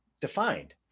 defined